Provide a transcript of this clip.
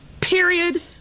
Period